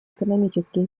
экономически